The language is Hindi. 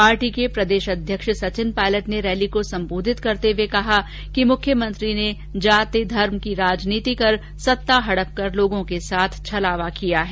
पार्टी के प्रदेश अध्यक्ष सचिन पायेलट ने रैली को सम्बोधित करते हुए कहा कि मुख्यसमंत्री ने जाति और धर्म की राजनीति कर सत्ता हड़प कर लोगों के साथ छलावा किया है